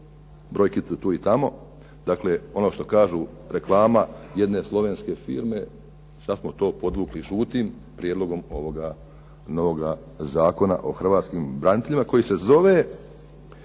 brojkicu tu i tamo, dakle ono što kažu reklama jedne slovenske firme, sad smo to podvukli žutim, prijedlogom ovoga novoga Zakona o hrvatskim braniteljima koji se zove